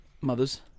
Mothers